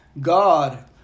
God